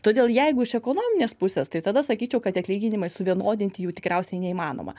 todėl jeigu iš ekonominės pusės tai tada sakyčiau kad tie atlyginimai suvienodinti jų tikriausiai neįmanoma